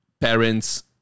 parents